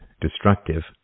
destructive